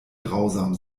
grausam